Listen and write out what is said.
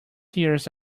hears